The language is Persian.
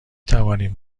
توانیم